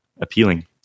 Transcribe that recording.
appealing